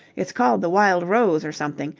it's called the wild rose or something.